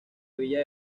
villa